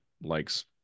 likes